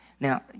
Now